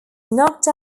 knocked